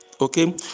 okay